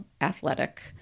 athletic